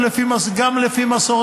שהעבודה